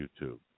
YouTube